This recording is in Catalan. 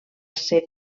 ser